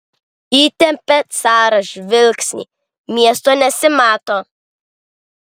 įtempia caras žvilgsnį miesto nesimato